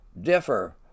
differ